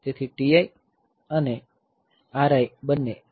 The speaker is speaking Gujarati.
તેથી TI અને RI બંને